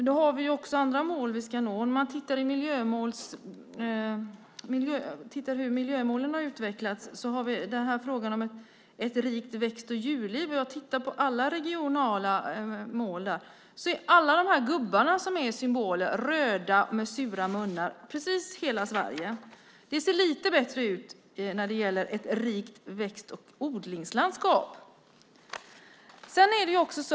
Fru talman! Vi har också andra mål vi ska nå. Tittar man hur miljömålen har utvecklats har vi frågan om ett rikt växt och djurliv. När jag tittar på alla regionala mål där är alla gubbarna, som är symboler, röda med sura munnar i precis hela Sverige. Det ser lite bättre när det gäller Ett rikt odlingslandskap.